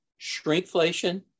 shrinkflation